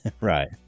Right